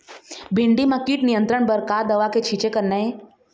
भिंडी म कीट नियंत्रण बर का दवा के छींचे करना ये?